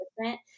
different